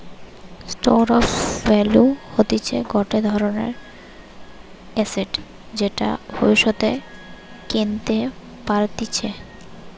store of value হতিছে গটে ধরণের এসেট যেটা ভব্যিষতে কেনতে পারতিছে